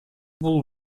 бул